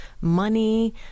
money